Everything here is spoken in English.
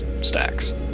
stacks